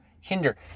hinder